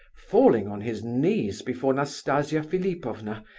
falling on his knees before nastasia philipovna,